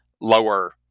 lower